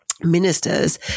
ministers